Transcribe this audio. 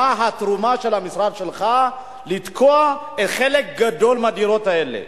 מה התרומה של המשרד שלך בלתקוע חלק גדול מהדירות האלה?